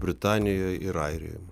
britanijoj ir airijoj